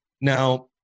Now